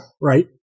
right